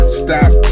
stop